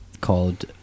called